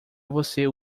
você